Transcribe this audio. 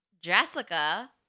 Jessica